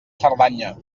cerdanya